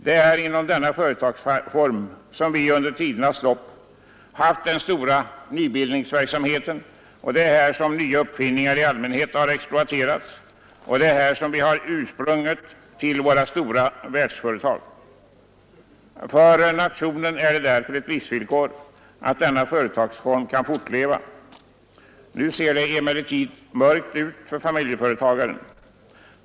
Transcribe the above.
Det är inom denna företagsform som vi under tidernas lopp haft den stora nybildningsverksamheten, Det är här som nya uppfinningar i allmänhet har exploaterats. Det är här som vi har ursprunget till våra stora världsföretag. För nationen är det därför ett livsvillkor att denna företagsform kan fortleva, Nu ser det emellertid mörkt ut för familjeföretagarna.